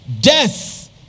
death